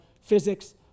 physics